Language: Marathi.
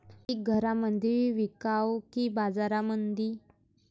पीक घरामंदी विकावं की बाजारामंदी?